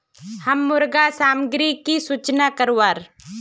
हम मुर्गा सामग्री की सूचना करवार?